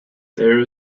there